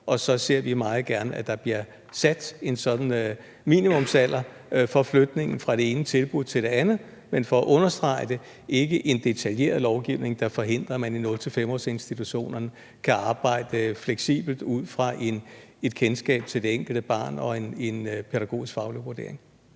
og så ser vi meget gerne, at der bliver sat en sådan minimumsalder for flytningen fra det ene tilbud til det andet. Men for at understrege det vil jeg sige, at det ikke skal være en detaljeret lovgivning, der forhindrer, at man i 0-5-års-institutionerne kan arbejde fleksibelt ud fra et kendskab til det enkelte barn og en pædagogisk, faglig vurdering.